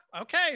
okay